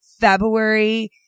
February